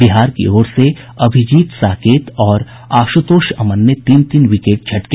बिहार की ओर से अभिजीत साकेत और आशुतोष अमन ने तीन तीन विकेट झटके